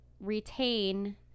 retain